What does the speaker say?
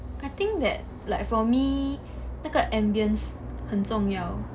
I think that like for me 那个 ambience 很重要